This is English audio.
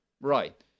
right